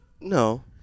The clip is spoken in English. No